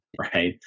right